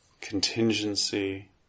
contingency